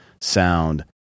sound